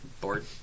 bored